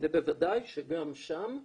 ובוודאי שגם שם,